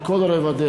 על כל רבדיה.